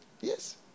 Yes